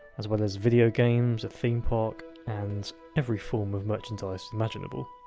as well as video games, a theme park, and every form of merchandise imaginable.